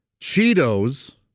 Cheetos